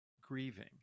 grieving